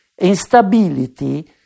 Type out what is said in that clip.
instability